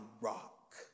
rock